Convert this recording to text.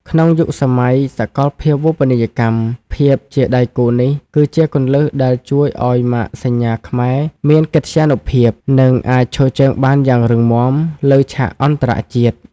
ក្នុងយុគសម័យសកលភាវូបនីយកម្ម ភាពជាដៃគូនេះគឺជាគន្លឹះដែលជួយឱ្យម៉ាកសញ្ញាខ្មែរមានកិត្យានុភាព និងអាចឈរជើងបានយ៉ាងរឹងមាំលើឆាកអន្តរជាតិ។